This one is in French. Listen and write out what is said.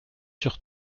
sur